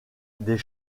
des